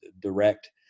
direct